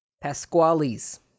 Pasquale's